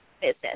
business